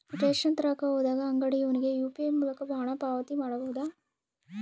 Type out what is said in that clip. Ration ತರಕ ಹೋದಾಗ ಅಂಗಡಿಯವನಿಗೆ ಯು.ಪಿ.ಐ ಮೂಲಕ ಹಣ ಪಾವತಿ ಮಾಡಬಹುದಾ?